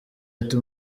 ati